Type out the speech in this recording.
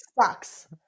sucks